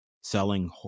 selling